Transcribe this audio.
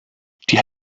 die